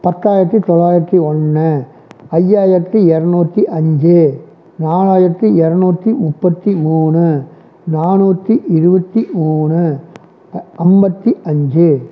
பத்தாயிரத்து தொளாயிரத்து ஒன்று ஐயாயிரத்து இரநூத்தி அஞ்சு நாலாயிரத்து இரநூத்தி முப்பத்து மூணு நாணுற்றி இருபத்தி மூணு ஐம்பத்தி அஞ்சு